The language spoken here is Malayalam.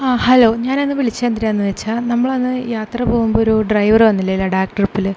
ആ ഹലോ ഞാൻ ഇന്ന് വിളിച്ചത് എന്തിനാണെന്ന് വെച്ചാൽ നമ്മൾ അന്ന് യാത്ര പോകുമ്പോൾ ഒരു ഡ്രൈവർ വന്നില്ലേ ലഡാക്ക് ട്രിപ്പിൽ